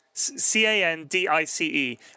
C-A-N-D-I-C-E